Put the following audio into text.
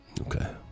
okay